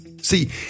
See